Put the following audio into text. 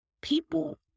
people